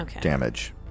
damage